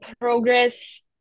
progress